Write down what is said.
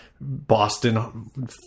Boston